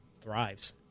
thrives